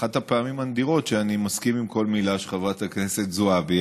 אחת הפעמים הנדירות שאני מסכים לכל מילה של חברת הכנסת זועבי,